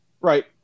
Right